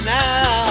now